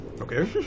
Okay